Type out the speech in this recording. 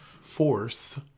force